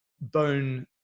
bone